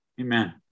Amen